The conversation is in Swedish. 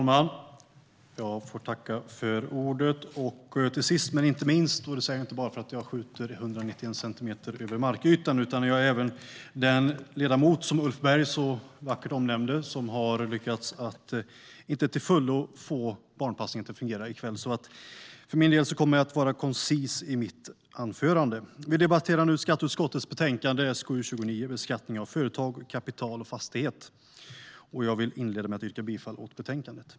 Herr talman! Jag är sista men inte minsta talare i debatten. Det säger jag inte bara för att jag skjuter 191 centimeter över markytan utan även för att jag är den ledamot som Ulf Berg så vackert omnämnde som den som inte till fullo har lyckats få barnpassningen att fungera i kväll. Jag kommer därför att vara koncis i mitt anförande. Vi debatterar nu skatteutskottets betänkande SkU29 Beskattning av företag, kapital och fastighet . Jag yrkar bifall till förslaget i betänkandet.